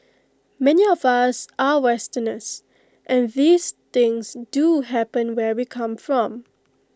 many of us are Westerners and these things do happen where we come from